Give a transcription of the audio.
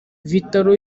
vital’o